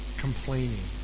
complaining